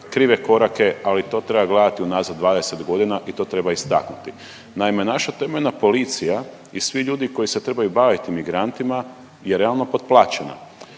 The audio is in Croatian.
krive korake ali to treba gledati unazad 20 godina i to treba istaknuti. Naime, naša temeljna policija i svi ljudi koji se trebaju baviti migrantima je realno potplaćena